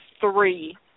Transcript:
three